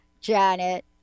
Janet